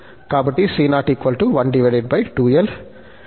కాబట్టి